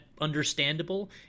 understandable